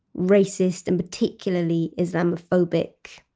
racist and particularly islamophobic